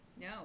no